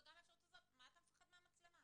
מה אתה מפחד מהמצלמה?